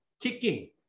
Kicking